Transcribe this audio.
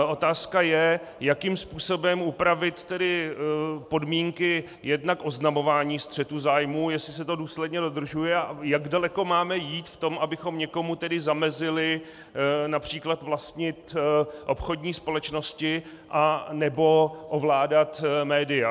Otázka je, jakým způsobem upravit tedy podmínky jednak oznamování střetu zájmů, jestli se to důsledně dodržuje, a jak daleko máme jít v tom, abychom někomu zamezili například vlastnit obchodní společnosti nebo ovládat média.